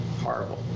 Horrible